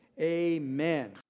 amen